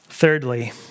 Thirdly